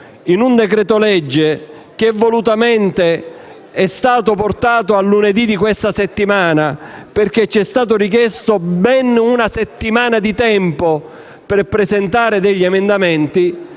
un decreto-legge che volutamente è stato rinviato a lunedì di questa settimana (perché ci è stata richiesta ben una settimana di tempo per presentare degli emendamenti),